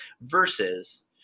Versus